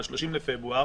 ב-30 בפברואר,